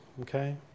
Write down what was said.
okay